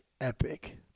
epic